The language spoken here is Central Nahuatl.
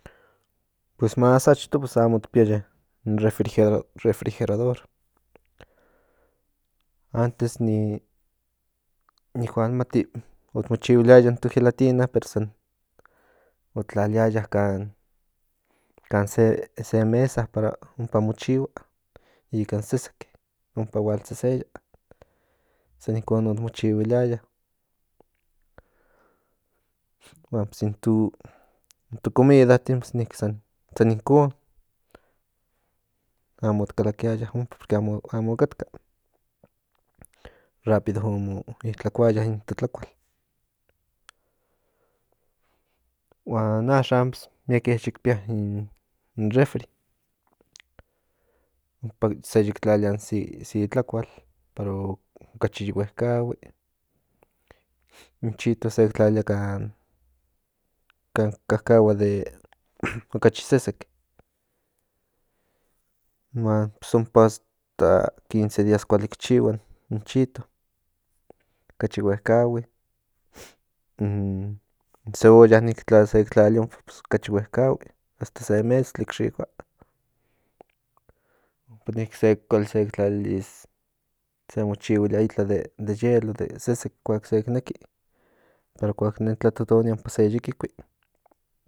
Pues más achto amok piaya refrigerador antes nik kual mati ot mo chihuiliaya in to gelatina pero san ot tlaliaya kan se mesa para ompa mo chihua ikan sesek ompa hual seseya san inkon ot mo chihuiliaya huan pues in to comidatin niki san inkon amor kalakiaya ompa porque amo o katka rápido o mo itlakuaya in to tlakual huan axan mieke yik pía in refri ompa se yik tlalia se i tlakual para okachi yi huekahui in nchito sek tlalia kan kakahua de okachi sesek huan ompa hasta quince días chihua in chito okachi huekahui in cebolla tla sek tlalia ompa pues okachi huekahui hasta se metztli ki xikua ompa niki kualika sek tlalis in se mochihuilia itla de hielo de sesek kuak sek neki para kuak nen tlatotonia ompa se kikui